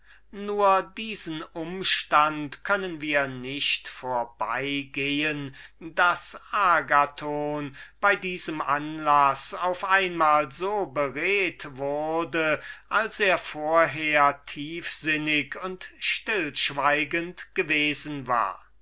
nur diesen umstand können wir nicht vorbeigehen daß agathon bei diesem anlaß auf einmal so beredt wurde als er vorher tiefsinnig und stillschweigend gewesen war